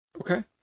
Okay